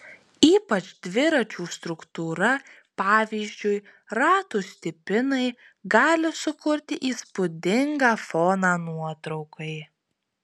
ypač dviračių struktūra pavyzdžiui ratų stipinai gali sukurti įspūdingą foną nuotraukai